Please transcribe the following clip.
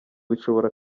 bishobora